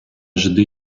жди